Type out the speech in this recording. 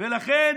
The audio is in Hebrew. לכן